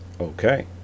Okay